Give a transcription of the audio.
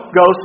go